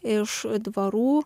iš dvarų